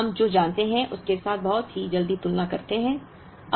अब हम जो जानते हैं उसके साथ एक बहुत जल्दी तुलना करते हैं